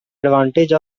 advantage